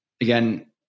Again